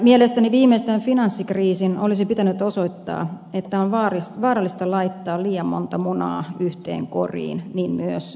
mielestäni viimeistään finanssikriisin olisi pitänyt osoittaa että on vaarallista laittaa liian monta munaa yhteen koriin niin myös energiaratkaisussa